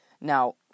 Now